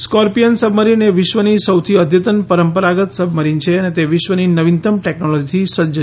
scorpion submarine એ વિશ્વની સૌથી અદ્યતન પરંપરાગત સબમરીન છે અને તે વિશ્વની નવીનતમ ટેકનોલોજીથી સજ્જ છે